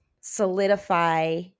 solidify